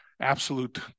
absolute